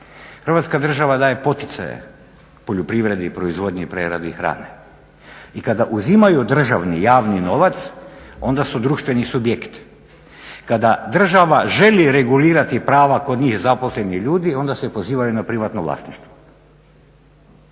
Hrvatska država daje poticaje poljoprivredi, proizvodnji i preradi hrane i kada uzimaju državni, javni novac onda su društveni subjekti. Kada država želi regulirati prava kod njih zaposlenih ljudi, onda se pozivaju na privatno vlasništvo.